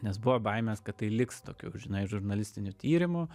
nes buvo baimės kad tai liks tokiu žinai žurnalistiniu tyrimu